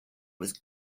was